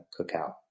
Cookout